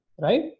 Right